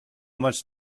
much